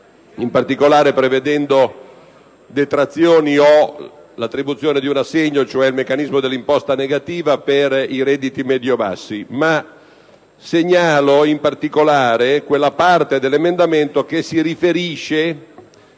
nel senso di prevedere detrazioni o l'attribuzione di un assegno, cioè il meccanismo dell'imposta negativa, per i redditi medio-bassi. Segnalo, in particolare, la parte dell'emendamento che si riferisce